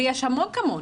ויש המון כמוני.